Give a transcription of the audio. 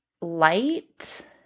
light